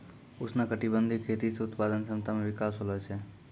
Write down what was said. उष्णकटिबंधीय खेती से उत्पादन क्षमता मे विकास होलो छै